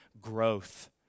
growth